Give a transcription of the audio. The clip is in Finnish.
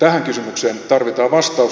tähän kysymykseen tarvitaan vastaus